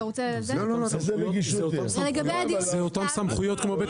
זה אותן סמכויות כמו של בית